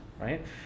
right